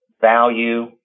value